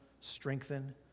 strengthen